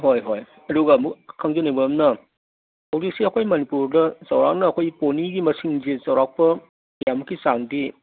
ꯍꯣꯏ ꯍꯣꯏ ꯑꯗꯨꯒ ꯑꯃꯨꯛ ꯈꯪꯖꯅꯤꯡꯕ ꯑꯝꯅ ꯍꯧꯖꯤꯛꯁꯦ ꯑꯩꯈꯣꯏ ꯃꯅꯤꯄꯨꯔꯗ ꯆꯧꯔꯥꯛꯅ ꯑꯩꯈꯣꯏ ꯄꯣꯅꯤꯒꯤ ꯃꯁꯤꯡꯁꯦ ꯆꯧꯔꯥꯛꯄ ꯀꯌꯥꯃꯨꯛꯀꯤ ꯆꯥꯡꯗꯤ